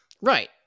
Right